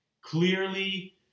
clearly